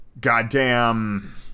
goddamn